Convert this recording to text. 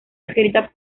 escrita